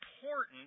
important